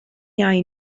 iau